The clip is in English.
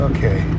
Okay